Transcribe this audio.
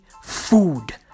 food